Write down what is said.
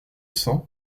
cents